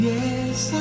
Yes